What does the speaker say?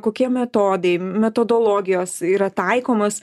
kokie metodai metodologijos yra taikomos